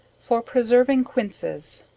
for preserving quinces.